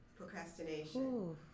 Procrastination